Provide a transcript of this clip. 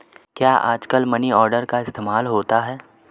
क्या आजकल money order का इस्तेमाल होता है?